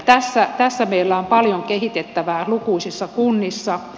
tässä meillä on paljon kehitettävää lukuisissa kunnissa